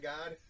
God